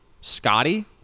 Scotty